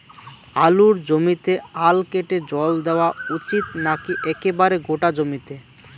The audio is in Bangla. আলুর জমিতে আল কেটে জল দেওয়া উচিৎ নাকি একেবারে গোটা জমিতে?